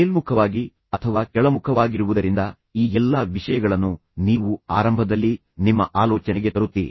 ಮೇಲ್ಮುಖವಾಗಿ ಅಥವಾ ಕೆಳಮುಖವಾಗಿರುವುದರಿಂದ ಈ ಎಲ್ಲಾ ವಿಷಯಗಳನ್ನು ನೀವು ಆರಂಭದಲ್ಲಿ ನಿಮ್ಮ ಆಲೋಚನೆಗೆ ತರುತ್ತೀರಿ